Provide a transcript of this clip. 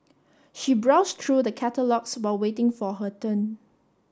she browsed through the catalogues while waiting for her turn